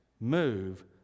move